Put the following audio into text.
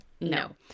no